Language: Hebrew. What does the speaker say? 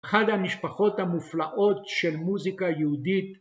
אחד המשפחות המופלאות של מוזיקה יהודית